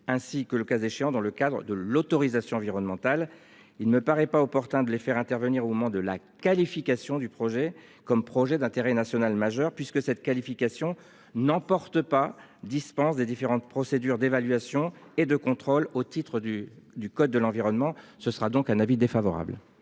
ainsi que le cas échéant dans le cadre de l'autorisation environnementale. Il ne me paraît pas opportun de les faire intervenir au moment de la qualification du projet comme projet d'intérêt national majeur puisque cette qualification n'emporte pas dispense des différentes procédures d'évaluation et de contrôle au titre du du code de l'environnement, ce sera donc un avis défavorable.